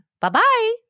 bye-bye